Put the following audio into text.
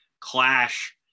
clash